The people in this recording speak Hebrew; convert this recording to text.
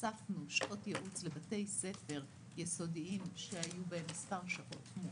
הוספנו שעות ייעוץ לבתי ספר יסודיים שהיו בהם מספר שעות מועט.